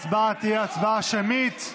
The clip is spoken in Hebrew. ההצבעה תהיה הצבעה שמית.